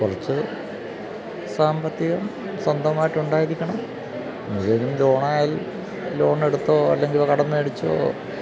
കുറച്ച് സാമ്പത്തികം സ്വന്തമായിട്ടുണ്ടായിരിക്കണം ഇല്ലെങ്കിലും ലോണായാൽ ലോണെടുത്തോ അല്ലെങ്കില് കടം മേടിച്ചോ